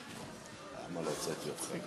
למה לא הוצאתי אותך?